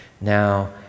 Now